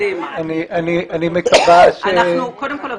קודם כול,